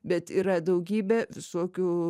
bet yra daugybė visokių